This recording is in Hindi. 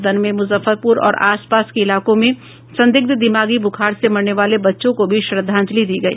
सदन में मुजफ्फरपुर और आसपास के इलाकों में संदिग्ध दिमागी ब्रखार से मरने वाले बच्चों को भी श्रद्धांजलि दी गई